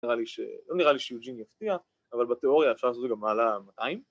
‫לא נראה לי שיוג'ין יפתיע, ‫אבל בתיאוריה אפשר לעשות ‫גם מעלה 200.